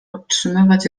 podtrzymać